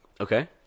Okay